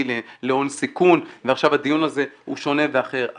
להון סיכון ועכשיו הדיון הזה הוא שונה ואחר.